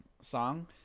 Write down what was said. song